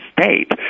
state